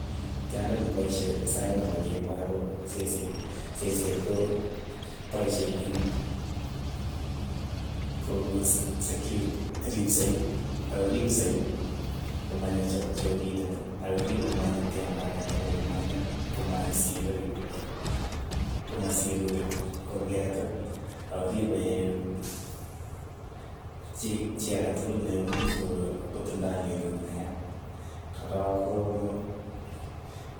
Tyondo nepaishe ait nepo kemboi ko seseet, seseet ko paishe ing' ko uu sek- sekyuri ripsei, ak ko ripsei komanyo cho- chorindet ako ripe komanyo tyondo ake tokol ama nyo komasire komasire kuurkeet, ako riipe chi- chii ake tukul ne imuch kotindoi leluut ne yae, korook koo.